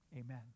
amen